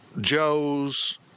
Joe's